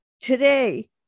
Today